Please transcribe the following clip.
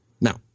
Now